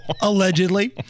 Allegedly